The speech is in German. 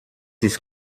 ist